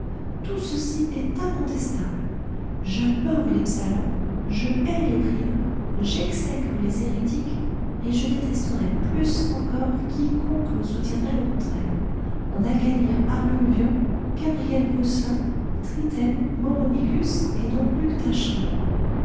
tout ceci est incontestable j'abhorre les psallants je hais les prieurs j'exècre les hérétiques mais je détesterais plus encore quiconque me soutiendrait le contraire on n'a qu'à lire arnoul wion gabriel bucelin trithème maurolicus et dom luc